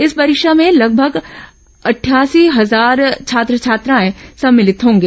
इस परीक्षा में लगभग सत्यासी हजार छात्र छात्राएं सम्मलित होंगे